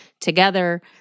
together